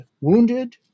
wounded